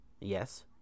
Yes